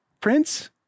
Prince